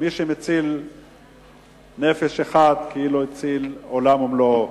מי שמציל נפש אחת, כאילו הציל עולם ומלואו.